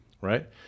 right